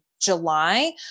july